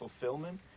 fulfillment